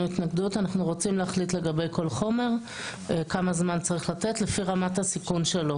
אנחנו רוצים להחליט לגבי כל חומר כמה זמן צריך לתת לפי רמת הסיכון שלו.